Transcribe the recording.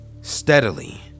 steadily